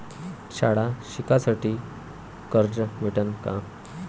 शाळा शिकासाठी कर्ज भेटन का?